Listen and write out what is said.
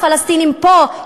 הפלסטינים פה,